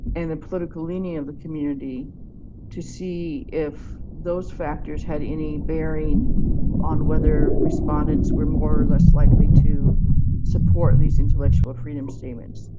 and the political leaning of the community to see if those factors had any bearing on whether respondents were more or less likely to support these intellectual freedom statements.